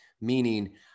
Meaning